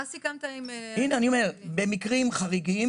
מה סיכמת עם --- אני אומר: במקרים חריגים